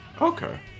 Okay